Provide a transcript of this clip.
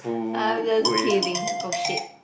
I'm just kidding oh shit